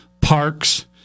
parks